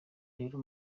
rero